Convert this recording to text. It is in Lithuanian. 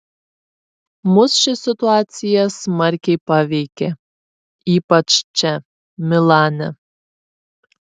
mus ši situacija smarkiai paveikė ypač čia milane